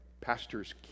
Pastor's